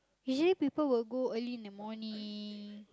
usually people will go early in the morning